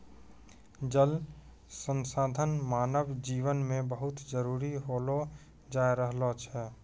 जल संसाधन मानव जिवन मे बहुत जरुरी होलो जाय रहलो छै